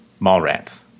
Mallrats